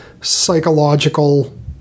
psychological